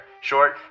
short